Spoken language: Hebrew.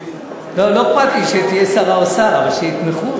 לא, לא אכפת לי, שתהיה שרה או שר, אבל שיתמכו.